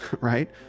right